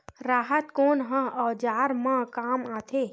राहत कोन ह औजार मा काम आथे?